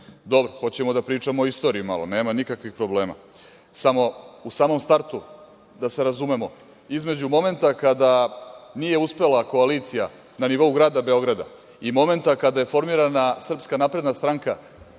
hoćemo da pričamo o istoriji malo, nema nikakvih problema, samo u samom startu da se razumemo, između momenta kada nije uspela koalicija na nivou grada Beograda i momenta kada je formirana SNS, malo više